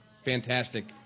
fantastic